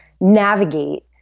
navigate